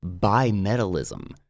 bimetallism